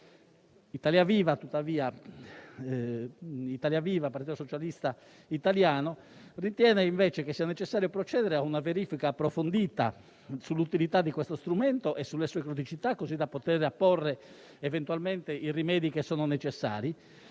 Italia Viva - Partito Socialista Italiano ritiene invece che sia necessario procedere a una verifica approfondita sull'utilità di questo strumento e sulle sue criticità, così da poter apporre eventualmente i rimedi che sono necessari.